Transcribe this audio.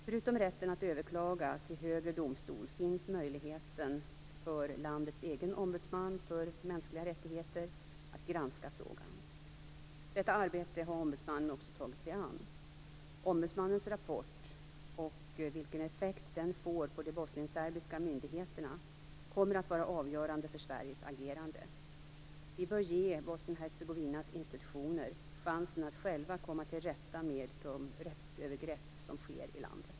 Förutom rätten att överklaga till högre domstol finns möjligheten för landets egen ombudsman för mänskliga rättigheter att granska frågan. Detta arbete har ombudsmannen också tagit sig an. Ombudsmannens rapport och vilken effekt den får på de bosnienserbiska myndigheterna kommer att var avgörande för Sveriges agerande. Vi bör ge Bosnien-Hercegovinas institutioner chansen att själva komma till rätta med de rättsövergrepp som sker i landet.